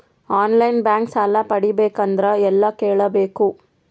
On line bank ಸಾಲ ಪಡಿಬೇಕಂದರ ಎಲ್ಲ ಕೇಳಬೇಕು?